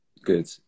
Good